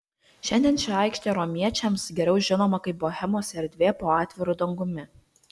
šiandien ši aikštė romiečiams geriau žinoma kaip bohemos erdvė po atviru dangumi